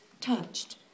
touched